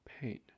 pain